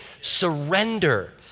surrender